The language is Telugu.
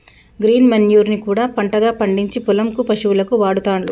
గ్రీన్ మన్యుర్ ని కూడా పంటగా పండిచ్చి పొలం కు పశువులకు వాడుతాండ్లు